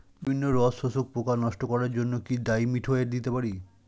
বিভিন্ন রস শোষক পোকা নষ্ট করার জন্য কি ডাইমিথোয়েট দিতে পারি?